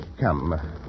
Come